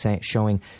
showing